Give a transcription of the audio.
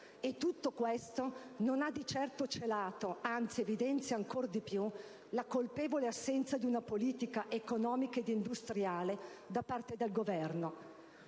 Tutto questo non ha di certo celato, anzi evidenzi ancora di più la colpevole assenza di una politica economica ed industriale da parte del Governo.